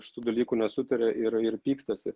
šitų dalykų nesutaria ir ir pykstasi